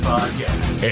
Podcast